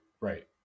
right